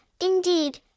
indeed